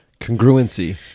Congruency